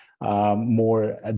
more